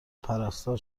پرستار